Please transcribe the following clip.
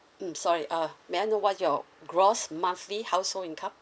mm sorry uh may I know what's your gross monthly household income